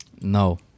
No